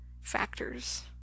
factors